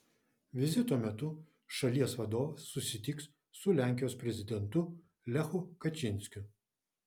vizito metu šalies vadovas susitiks su lenkijos prezidentu lechu kačynskiu